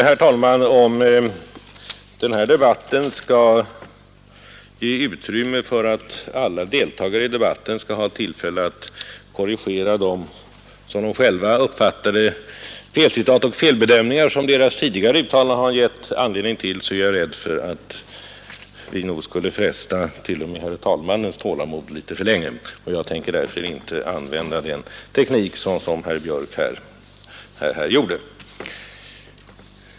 Herr talman! Om alla deltagare i den här debatten skall få tillfälle att korrigera de — som de själva uppfattar det — felcitat och felbedömningar som deras tidigare uttalanden har gett anledning till, så är jag rädd för att vi skulle fresta t.o.m. herr talmannens tålamod för mycket, och jag tänker därför inte använda den teknik som herr Björck i Nässjö här tillämpade.